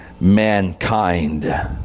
mankind